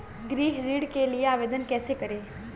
गृह ऋण के लिए आवेदन कैसे करें?